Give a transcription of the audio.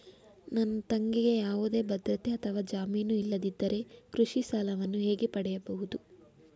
ನನ್ನ ತಂಗಿಗೆ ಯಾವುದೇ ಭದ್ರತೆ ಅಥವಾ ಜಾಮೀನು ಇಲ್ಲದಿದ್ದರೆ ಕೃಷಿ ಸಾಲವನ್ನು ಹೇಗೆ ಪಡೆಯಬಹುದು?